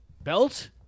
belt